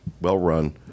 well-run